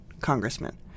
congressman